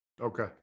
Okay